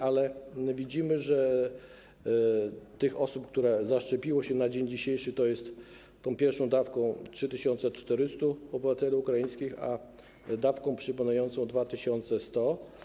Ale widzimy, że tych osób, które się zaszczepiły na dzień dzisiejszy, jest: pierwszą dawką - 3400 obywateli ukraińskich, dawką przypominającą - 2100.